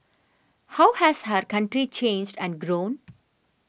how has our country changed and grown